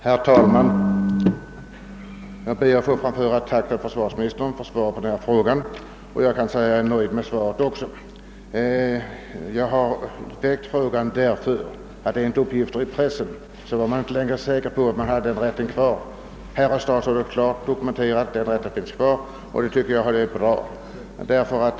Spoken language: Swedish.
Herr talman! Jag ber att få framföra ett tack till försvarsministern för svaret på min fråga. Jag är också nöjd med svaret. Jag väckte frågan av den anledningen, att man enligt uppgifter i pressen bland minkgårdsägarna inte var säker på om man fortfarande hade rätt till ersättning för skador orsakade av flygbuller. Statsrådet har klart dokumenterat att denna rätt fortfarande gäller, och det tycker jag är bra.